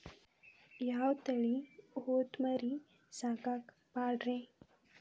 ಯಾವ ತಳಿ ಹೊತಮರಿ ಸಾಕಾಕ ಪಾಡ್ರೇ?